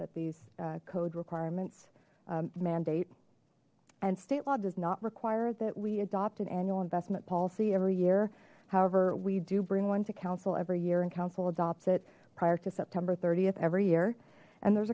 that these code requirements mandate and state law does not require that we adopt an annual investment policy every year however we do bring one to counsel every year and council adopts it prior to september th every year and there's